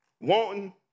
Wanting